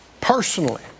Personally